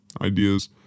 Ideas